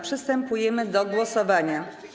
Przystępujemy do głosowania.